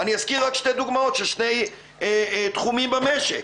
אני אזכיר רק שתי דוגמאות של שני תחומים במשק.